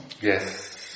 Yes